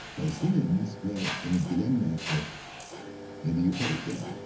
palestinians were in a dilemma of maybe euphoric dilemma,